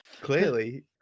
Clearly